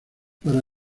para